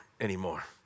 anymore